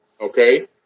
okay